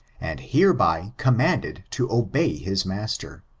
and hereby commanded to obey his master.